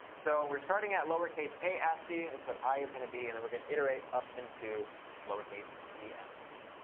so we're starting at lowercase a ascii. that's what i is going to be. and then we're going to iterate up into lowercase z ascii.